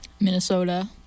minnesota